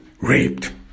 raped